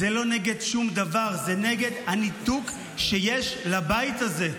זה לא נגד שום דבר, זה נגד הניתוק שיש לבית הזה.